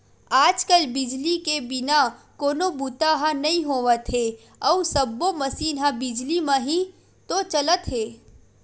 आज कल बिजली के बिना कोनो बूता ह नइ होवत हे अउ सब्बो मसीन ह बिजली म ही तो चलत हे